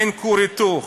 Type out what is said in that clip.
אין כור היתוך.